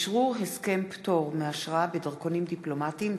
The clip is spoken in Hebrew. אשרור הסכם פטור מאשרה בדרכונים דיפלומטיים,